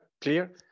clear